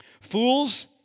Fools